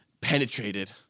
Penetrated